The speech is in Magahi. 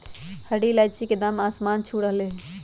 हरी इलायची के दाम आसमान छू रहलय हई